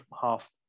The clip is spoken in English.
half